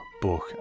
Book